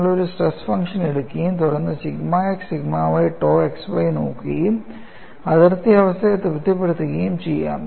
നിങ്ങൾ ഒരു stress function എടുക്കുകയും തുടർന്ന് sigma x sigma y tau x y നോക്കുകയും അതിർത്തി അവസ്ഥയെ തൃപ്തിപ്പെടുത്തുകയും ചെയ്യാം